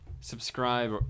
Subscribe